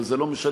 אבל זה לא משנה,